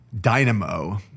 dynamo